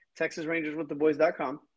TexasRangersWithTheBoys.com